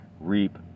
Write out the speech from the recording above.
reap